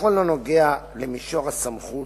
בכל הנוגע למישור הסמכות,